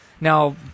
Now